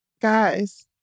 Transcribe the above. guys